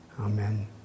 Amen